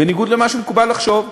בניגוד למה שמקובל לחשוב.